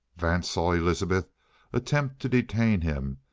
vance saw elizabeth attempt to detain him,